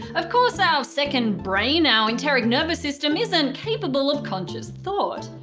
of course our second brain, our enteric nervous system, isn't capable of conscious thought.